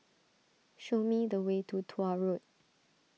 show me the way to Tuah Road